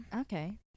okay